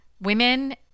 women